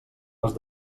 les